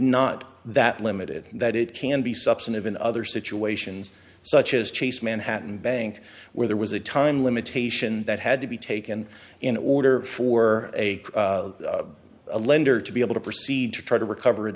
not that limited that it can be substantive in other situations such as chase manhattan bank where there was a time limitation that had to be taken in order for a lender to be able to proceed to try to recover